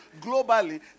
globally